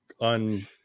on